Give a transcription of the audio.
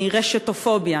רשתופוביה,